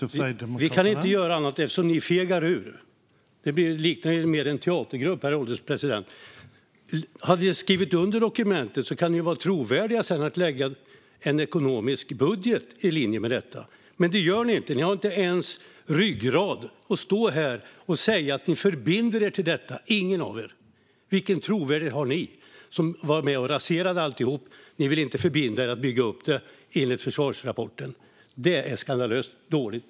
Herr ålderspresident! Vi kan inte göra annat, eftersom ni fegar ur. Detta liknar mer en teatergrupp, herr ålderspresident. Hade ni skrivit under dokumentet hade ni kunnat vara trovärdiga när det gäller att lägga en ekonomisk budget i linje med detta. Men det gör ni inte. Ni har inte ens ryggrad nog att stå här och säga att ni förbinder er till detta - ingen av er! Vilken trovärdighet har ni som var med och raserade alltihop? Ni vill inte förbinda er till att bygga upp det enligt Försvarsberedningens rapport. Det är skandalöst dåligt!